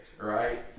right